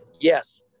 Yes